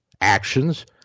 actions